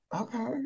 Okay